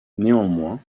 néanmoins